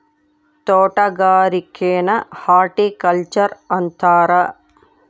ತೊಟಗಾರಿಕೆನ horticulture ಅಂತಾರ